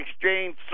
exchange